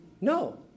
no